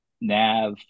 nav